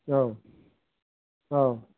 औ औ